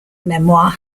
memoir